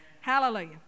Hallelujah